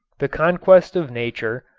the conquest of nature,